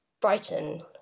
brighton